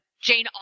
Jane